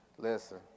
Listen